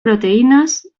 proteínas